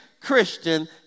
Christian